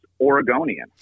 Oregonian